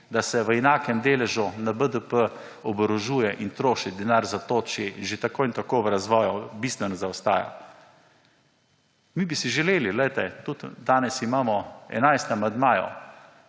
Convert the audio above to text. da se v enakem deležu na BDP oborožujejo in trošijo denar za to, če že tako in tako v razvoju bistveno zaostajajo. Mi bi si želeli – tudi danes imamo 11 amandmajev